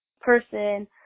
person